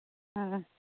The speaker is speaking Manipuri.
ꯑ ꯑ